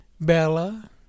Bella